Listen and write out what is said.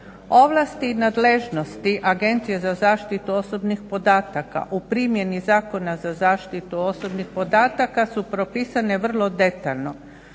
Ovlasti i nadležnosti Agencije za zaštitu osobnih podataka u primjeni Zakona za zaštitu osobnih podataka su propisane vrlo detaljno,